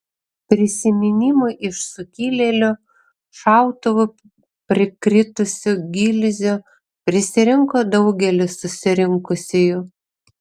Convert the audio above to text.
prisiminimui iš sukilėlių šautuvų prikritusių gilzių prisirinko daugelis susirinkusiųjų